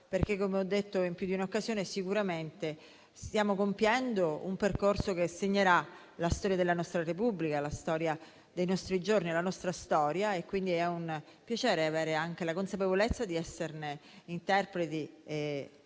perché, come ho detto in più di un'occasione, sicuramente stiamo compiendo un percorso che segnerà la storia della nostra Repubblica, la storia dei nostri giorni, la nostra storia, quindi è un piacere avere anche la consapevolezza di esserne interpreti e attori